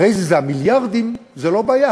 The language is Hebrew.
אחרי זה אלה המיליארדים, זה לא בעיה.